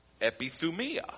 epithumia